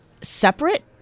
separate